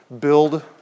build